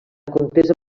contesa